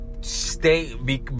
Stay